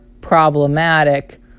problematic